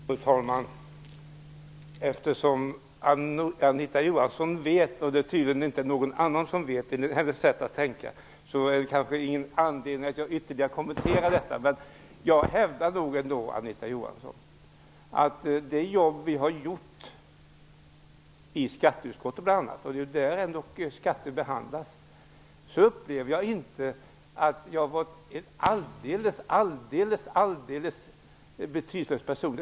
Fru talman! Eftersom Anita Johansson vet -- det är tydligen ingen annan som vet enligt hennes sätt att tänka -- finns det kanske ingen anledning att ytterligare kommentera frågan. Jag hävdar ändå att jag i det arbete vi gjort i bl.a. skatteutskottet, där ju skattefrågorna behandlas, inte är en alldeles betydelselös person.